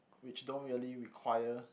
which don't really require